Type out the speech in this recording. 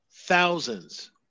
thousands